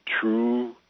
true